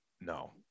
no